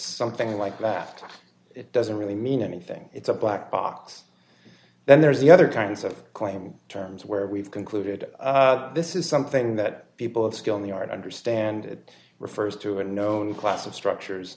something like that it doesn't really mean anything it's a black box then there's the other kinds of claim terms where we've concluded this is something that people have skill in the art understand it refers to a known class of structures